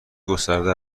گسترده